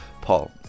Paul